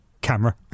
camera